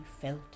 felt